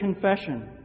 confession